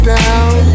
down